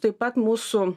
taip pat mūsų